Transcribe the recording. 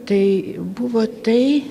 tai buvo tai